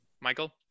Michael